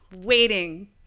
waiting